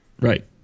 Right